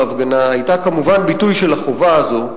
בהפגנה היתה כמובן ביטוי של החובה הזאת,